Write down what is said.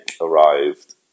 arrived